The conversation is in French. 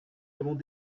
avons